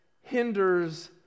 hinders